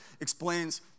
explains